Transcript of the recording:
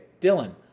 Dylan